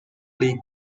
lee